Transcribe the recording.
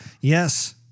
Yes